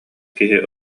киһи